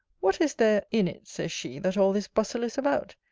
what is there in it, says she, that all this bustle is about?